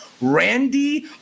Randy